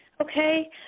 Okay